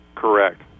Correct